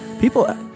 people